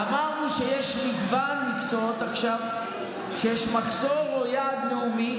אמרנו שיש עכשיו מגוון מקצועות שבהם יש מחסור או יעד לאומי,